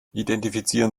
identifizieren